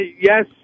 yes